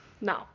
Now